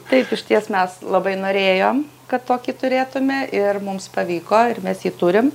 taip išties mes labai norėjom kad tokį turėtume ir mums pavyko ir mes turim